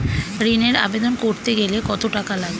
ঋণের আবেদন করতে গেলে কত টাকা লাগে?